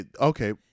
Okay